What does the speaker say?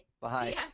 bye